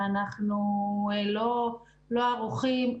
שאנחנו לא ערוכים,